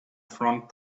front